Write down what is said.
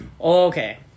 okay